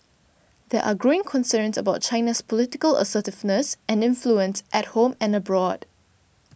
there are growing concerns about China's political assertiveness and influence at home and abroad